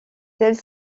celle